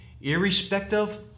irrespective